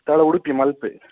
ಸ್ಥಳ ಉಡುಪಿ ಮಲ್ಪೆ